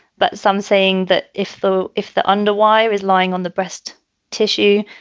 but some saying that if though if the underwire is lying on the breast tissue,